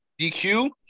DQ